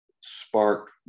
spark